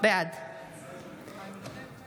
בעד